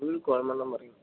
കൊഴൽമ്മനം പറയും